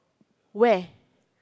where